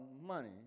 money